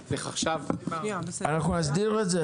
אבל צריך עכשיו --- אנחנו נסדיר את זה.